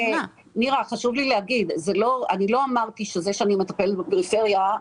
חשוב לי להגיד שאני לא אמרתי שזה שאני מטפלת בפריפריה,